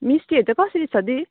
मिस्टीहरू चाहिँ कसरी छ दिदी